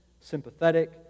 sympathetic